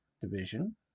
Division